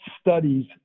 studies